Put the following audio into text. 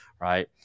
right